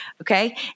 okay